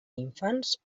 infants